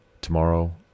Tomorrow